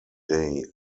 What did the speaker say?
day